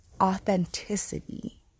authenticity